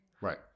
Right